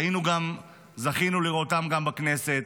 שזכינו לראותם גם בכנסת.